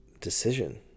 decision